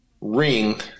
ring